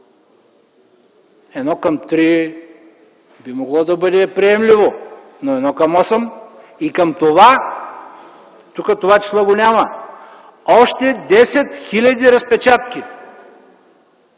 Едно към три – би могло да бъде приемливо, но 1:8? И към това, тук това число го няма, още 10 000 разпечатки!